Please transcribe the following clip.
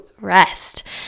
rest